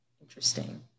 interesting